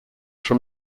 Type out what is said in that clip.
from